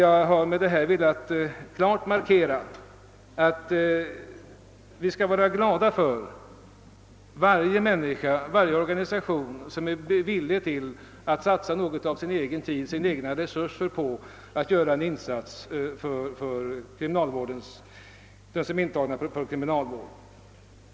Jag har med detta velat klart markera att vi skall vara glada för varje person, varje organisation, som är villig att satsa något av sin egen tid, sina egna resurser, på att göra en insats för dem som är omhändertagna av kriminalvården.